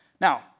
Now